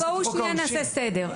בואו נעשה סדר.